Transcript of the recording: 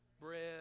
bread